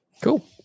Cool